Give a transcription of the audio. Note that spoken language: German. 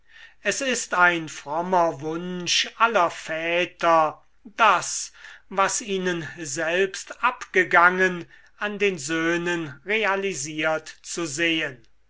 es ist ein frommer wunsch aller väter das was ihnen selbst abgegangen an den söhnen realisiert zu sehen